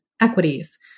equities